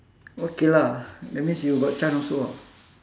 okay lah that means you got chance also ah